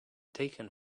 taken